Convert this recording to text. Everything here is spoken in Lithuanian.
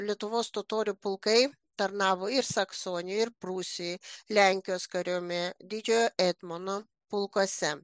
lietuvos totorių pulkai tarnavo ir saksonijoj ir prūsijoj lenkijos kariuomene didžiojo etmono pulkuose